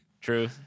True